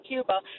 Cuba